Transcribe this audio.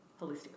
holistic